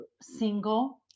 single